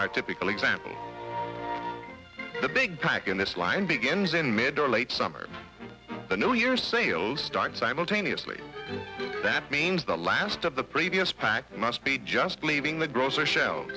our typical example the big pack in this line begins in mid or late summer the new year sales start simultaneously that means the last of the previous pack must be just leaving the grocery shel